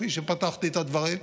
כפי שפתחתי את הדברים,